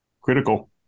Critical